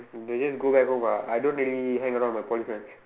can just go back home ah I don't really hang around with my Poly friends